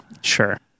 Sure